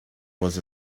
was